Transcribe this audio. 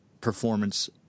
performance